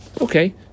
Okay